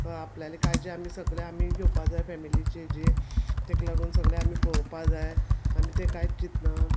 आपल्याली काळजी आमी सगलें आमी घेवपा जाय फॅमिलीचें जें तेाका लागून सगलें आमी पळोवपा जाय आमी तें कांयच चिंतनात